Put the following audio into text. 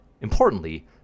importantly